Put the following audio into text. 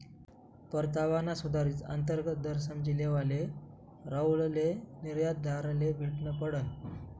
परतावाना सुधारित अंतर्गत दर समझी लेवाले राहुलले निर्यातदारले भेटनं पडनं